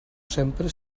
sempre